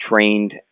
trained